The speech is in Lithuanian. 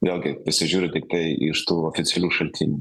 vėlgi prisižiūriu tiktai iš tų oficialių šaltinių